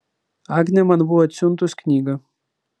agnė man buvo atsiuntus knygą